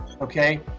okay